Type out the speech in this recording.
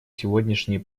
сегодняшние